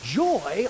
joy